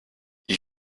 you